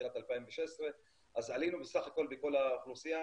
בתחילת 2016. אז עלינו בסך הכול בכל האוכלוסייה